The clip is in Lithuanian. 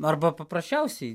arba paprasčiausiai